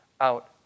out